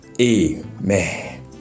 Amen